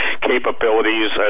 capabilities